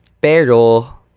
Pero